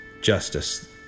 Justice